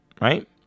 Right